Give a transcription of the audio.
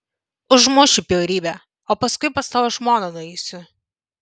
užmušiu bjaurybę o paskui pas tavo žmoną nueisiu